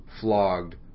flogged